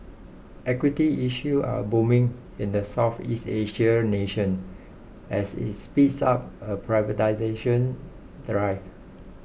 equity issue are booming in the Southeast Asian nation as it speeds up a privatisation drive